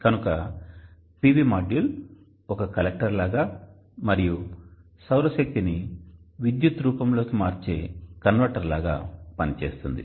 కనుక PV module ఒక collector లాగా మరియు సౌర శక్తిని విద్యుత్ రూపంలోకి మార్చే కన్వర్టర్ లాగా పనిచేస్తుంది